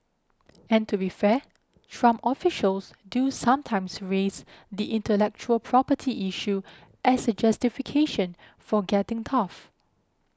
and to be fair Trump officials do sometimes raise the intellectual property issue as a justification for getting tough